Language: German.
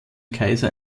kaiser